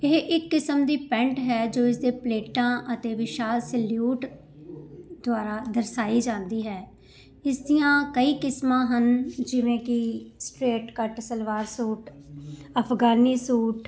ਇਹ ਇੱਕ ਕਿਸਮ ਦੀ ਪੈਂਟ ਹੈ ਜੋ ਇਸਦੇ ਪਲੇਟਾਂ ਅਤੇ ਵਿਸ਼ਾਲ ਸਲਿਊਟ ਦੁਆਰਾ ਦਰਸਾਏ ਜਾਂਦੀ ਹੈ ਇਸ ਦੀਆਂ ਕਈ ਕਿਸਮਾਂ ਹਨ ਜਿਵੇਂ ਕਿ straight cut salwar suit Afghani suit